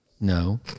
No